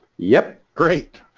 yep. great